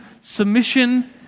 submission